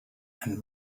and